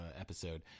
episode